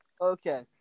Okay